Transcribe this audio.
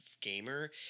gamer